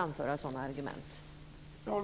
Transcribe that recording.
att komma med.